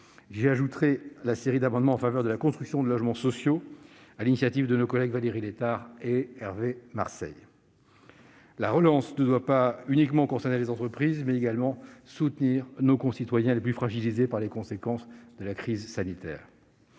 J'y ajouterai la série d'amendements en faveur de la construction de logements sociaux adoptés sur l'initiative de nos collègues Valérie Létard et Hervé Marseille. La relance ne doit pas uniquement concerner les entreprises, mais également soutenir nos concitoyens les plus fragilisés par les conséquences de la crise sanitaire.